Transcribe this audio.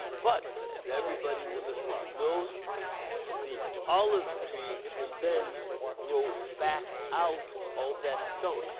but as everybody in the middle east knows the olive tree can then grow back out of that stump.